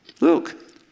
Look